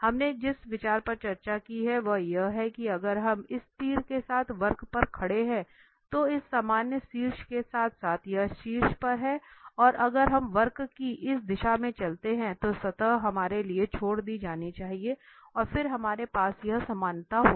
हमने जिस विचार पर चर्चा की है वह यह है कि अगर हम इस तीर के साथ वक्र पर खड़े हैं तो इस सामान्य शीर्ष के साथ साथ यह शीर्ष पर है और अगर हम वक्र की इस दिशा में चलते हैं तो सतह हमारे लिए छोड़ दी जानी चाहिए और फिर हमारे पास यह समानता होगी